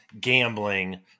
gambling